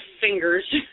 fingers